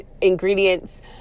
ingredients